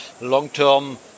long-term